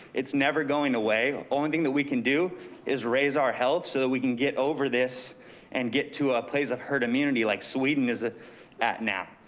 it's never going away. only thing that we can do is raise our health so that we can get over this and get to a place of herd immunity like sweden is at now.